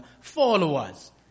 followers